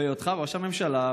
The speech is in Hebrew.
בהיותך ראש הממשלה,